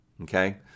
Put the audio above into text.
okay